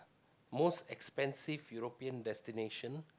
most expensive European destination